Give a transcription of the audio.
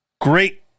Great